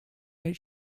made